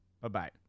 Bye-bye